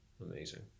amazing